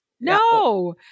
No